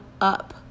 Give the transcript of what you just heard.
up